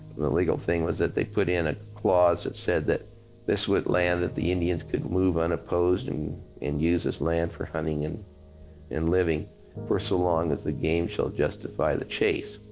the legal thing was that they put in a clause that said that this was land that the indians could move unopposed and use as land for hunting and and living for so long as the game shall justify the chase.